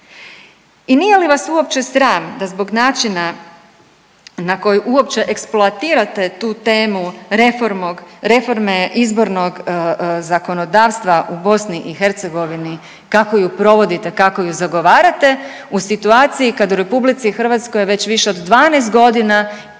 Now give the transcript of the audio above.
I nije li vas uopće sram da zbog načina na koji uopće eksploatirate tu temu reforme izbornog zakonodavstva u BiH kako ju provodite, kako ju zagovarate u situaciji kad u RH već više od 12 godina imate